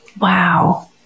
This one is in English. Wow